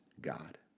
God